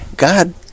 God